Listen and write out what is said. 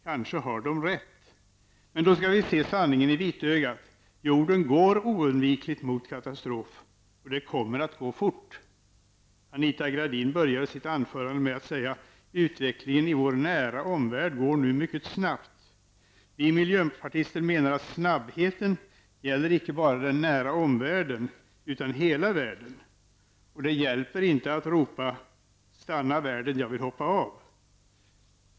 Kanske har de rätt, men då skall vi se sanningen i vitögat. Jorden går oundvikligen mot katastrof, och det kommer att gå fort. Anita Gradin började sitt anförande med att säga: ''Utvecklingen i vår nära omvärld går nu mycket snabbt.'' Vi miljöpartister menar att snabbheten gäller inte bara den nära omvärlden utan hela världen, och det hjälper inte att ropa: Stanna världen, jag vill hoppa av.